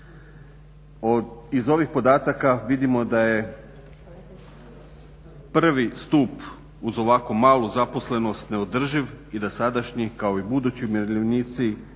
Iz ovih podataka vidimo da je prvi stup uz ovako malu zaposlenost neodrživ i da sadašnji kao i budući umirovljenici